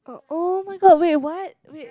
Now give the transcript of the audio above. [oh]-my-god wait what wait